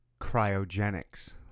cryogenics